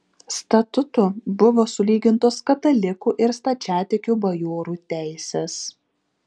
statutu buvo sulygintos katalikų ir stačiatikių bajorų teisės